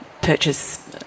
purchase